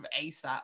asap